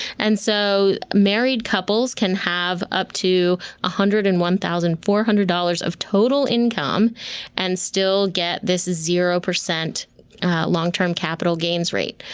and so married couples can have up to one ah hundred and one thousand four hundred dollars of total income and still get this zero percent long-term capital gains rate.